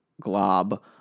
glob